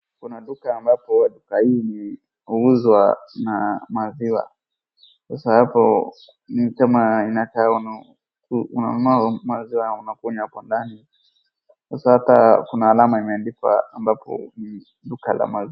Kuna duka ambapo na duka hii huuzwa maziwa, sasa hapo ni kama unanunua maziwa unakunywa hapo ndani, sasa hata kuna alama imeandikwa duka la maziwa.